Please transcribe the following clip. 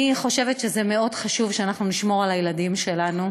אני חושבת שזה חשוב מאוד שאנחנו נשמור על הילדים שלנו.